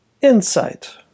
Insight